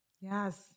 yes